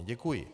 Děkuji.